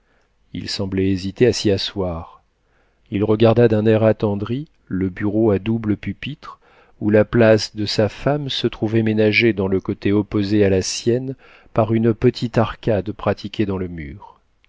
il semblait hésiter à s'y asseoir il regarda d'un air attendri le bureau à double pupitre où la place de sa femme se trouvait ménagée dans le côté opposé à la sienne par une petite arcade pratiquée dans le mur